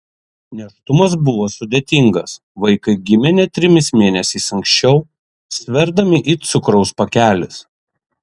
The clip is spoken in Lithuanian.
nėštumas buvo sudėtingas vaikai gimė net trimis mėnesiais anksčiau sverdami it cukraus pakelis